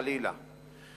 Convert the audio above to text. חלילה.